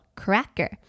cracker 。